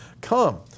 come